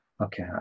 okay